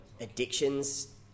addictions